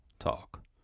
talk